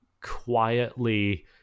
quietly